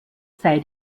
sei